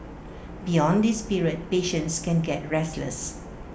beyond this period patients can get restless